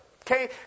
Okay